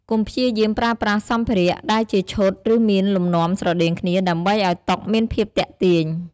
កុំព្យាយាមប្រើប្រាស់សម្ភារៈដែលជាឈុត ឬមានលំនាំស្រដៀងគ្នា ដើម្បីឱ្យតុមានភាពទាក់ទាញ។